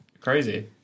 Crazy